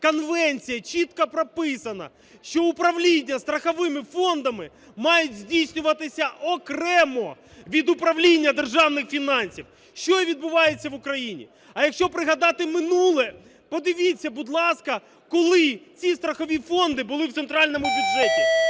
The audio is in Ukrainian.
конвенція чітко прописана, що управління страховими фондами мають здійснюватися окремо від управління державних фінансів. Що відбувається в Україні? А якщо пригадати минуле, подивіться, будь ласка, коли ці страхові фонди були в центральному бюджеті?